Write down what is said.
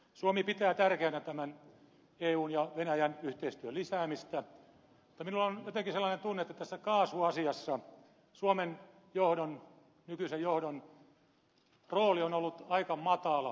suomi pitää tärkeänä eun ja venäjän yhteistyön lisäämistä mutta minulla on jotenkin sellainen tunne että tässä kaasuasiassa suomen nykyisen johdon rooli on ollut aika matala matala profiili